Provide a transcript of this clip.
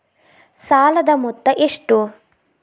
ಸಾಲದ ಮೊತ್ತ ಎಷ್ಟು?